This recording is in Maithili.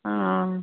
ओ